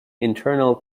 internal